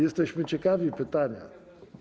Jesteśmy ciekawi pytania.